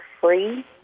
free